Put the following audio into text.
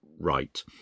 right